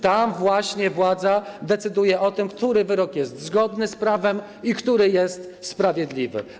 Tam właśnie władza decyduje o tym, który wyrok jest zgodny z prawem i który jest sprawiedliwy.